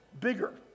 bigger